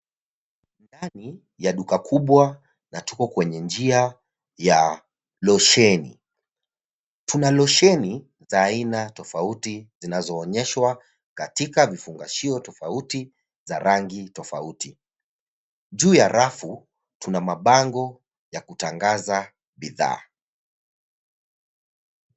Ndani ya duka kubwa na tuko kwenye njia ya losheni. Tuna losheni za aina tofauti zinazoonyeshwa katika vifungashio tofauti za rangi tofauti. Juu ya rafu tuna mabango ya kutangaza bidhaa.